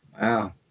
wow